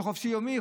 חופשי יומי,